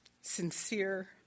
sincere